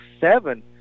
seven